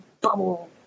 bubble